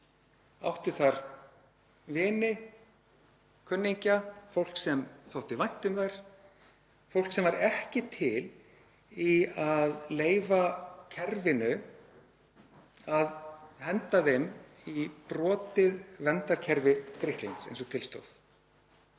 áttu þar vini, kunningja, fólk sem þótti vænt um þær, fólk sem var ekki til í að leyfa kerfinu að henda þeim í brotið verndarkerfi Grikklands eins og til stóð.